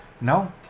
No